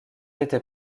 été